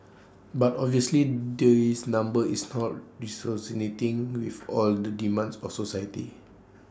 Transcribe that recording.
but obviously this number is not resonating with all the demands of society